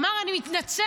אמר: אני מתנצל,